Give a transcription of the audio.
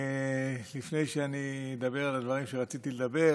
לפני שאני אדבר על הדברים שרציתי לדבר,